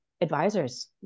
advisors